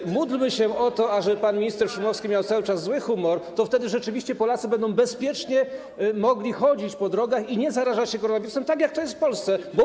Więc módlmy się o to, żeby pan minister Szumowski miał cały czas zły humor, to wtedy rzeczywiście Polacy będą bezpiecznie mogli chodzić po drogach, nie zarażając się koronawirusem, tak jak to jest teraz w Polsce.